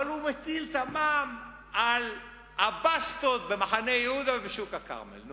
אבל הוא מטיל את המע"מ על הבסטות במחנה-יהודה ובשוק הכרמל.